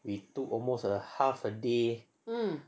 we took almost ah half a day